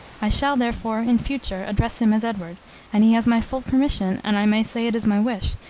i shall, therefore, in future address him as edward and he has my full permission, and i may say it is my wish,